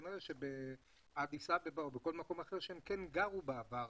כנראה שבאדיס אבבה או בכל מקום אחר בו הם גרו בעבר,